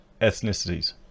ethnicities